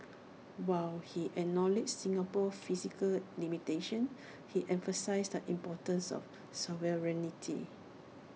while he acknowledged Singapore's physical limitations he emphasised the importance of sovereignty